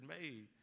made